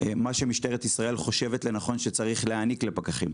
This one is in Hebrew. מה שמשטרת ישראל חושבת לנכון שצריך להעניק לפקחים.